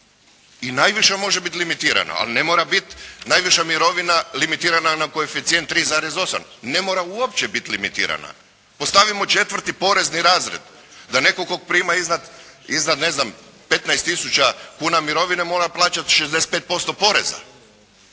i najviše može biti limitirano, ali ne mora biti najviša mirovina limitirana na koeficijent 3,8. Ne mora uopće biti limitirana. Postavimo četvrti porezni razred, da netko tko prima iznad ne znam 15 tisuća kuna mirovine mora plaćati 65% poreza.